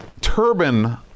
turban